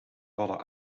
vallen